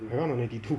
can run on ninety two